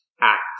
act